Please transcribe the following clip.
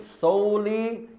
solely